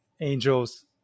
angels